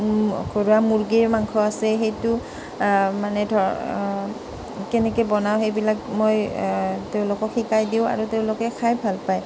ঘৰুৱা মুৰ্গীৰ মাংস আছে সেইটো মানে ধৰক কেনেকৈ বনাওঁ সেইবিলাক মই তেওঁলোকক শিকাই দিওঁ আৰু তেওঁলোকে খাই ভাল পায়